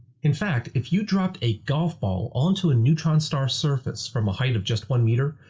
in fact, if you dropped a golf ball onto a neutron star's surface from a height of just one meter,